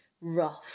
rough